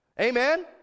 Amen